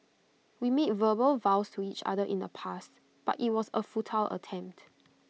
we made verbal vows to each other in the past but IT was A futile attempt